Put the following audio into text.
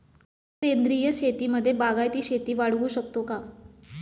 सेंद्रिय शेतीमध्ये बागायती शेती वाढवू शकतो का?